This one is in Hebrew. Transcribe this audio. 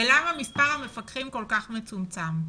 למה מספר המפקחים כל כך מצומצם?